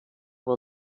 will